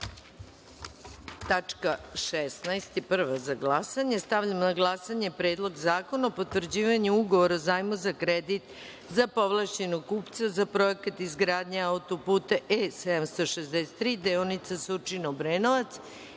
prva za glasanje. Stavljam na glasanje Predlog zakona o potvrđivanju Ugovora o zajmu za kredit za povlašćenog kupca, za Projekat izgradnje autoputa E-763 deonica Surčin – Obrenovac,